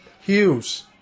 Hughes